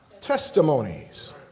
testimonies